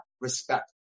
respect